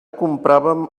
compràvem